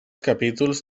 capítols